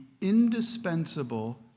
indispensable